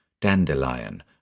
dandelion